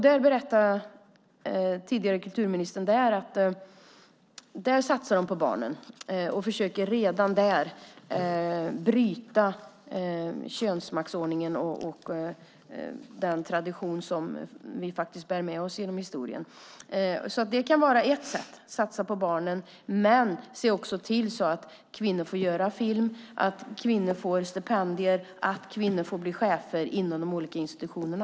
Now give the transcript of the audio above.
Den tidigare kulturministern där berättar att de satsar på barnen och försöker att redan där bryta könsmaktsordningen och den tradition som vi faktiskt bär med oss genom historien. Att satsa på barnen kan alltså vara ett sätt. Men se också till att kvinnor får göra film, att de får stipendier och att kvinnor får bli chefer inom de olika institutionerna.